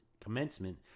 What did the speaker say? commencement